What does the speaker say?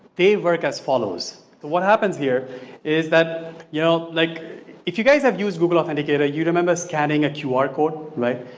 they work as follows. what happens here is that you know, like if you guys have used google authenticator, you remember scanning a qr code right?